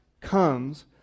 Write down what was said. comes